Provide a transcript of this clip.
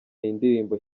indirimbo